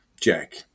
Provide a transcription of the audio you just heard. Jack